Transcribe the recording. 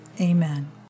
Amen